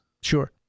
Sure